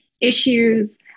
issues